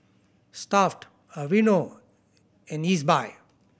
Stuff'd Aveeno and Ezbuy